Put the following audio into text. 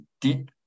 deep